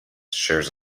shares